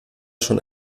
schon